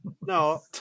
No